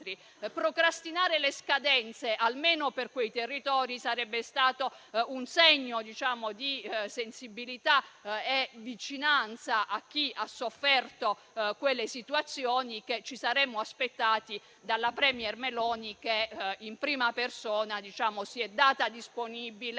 Procrastinare le scadenze, almeno per quei territori, sarebbe stato un segno di sensibilità e vicinanza a chi ha sofferto quelle situazioni che ci saremmo aspettati dal *premier* Meloni, che in prima persona si era detta disponibile